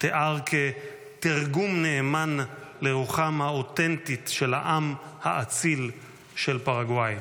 תיאר כתרגום נאמן לרוחם האותנטית של העם האציל של פרגוואי.